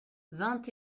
vingt